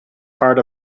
part